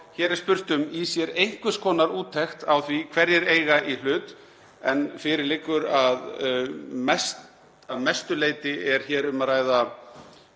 hér er spurt um, í sér einhvers konar úttekt á því hverjir eiga í hlut. En fyrir liggur að að mestu leyti er hér um að ræða